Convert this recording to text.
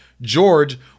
George